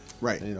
Right